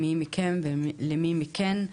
מי מכם ומי מכן,